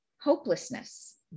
hopelessness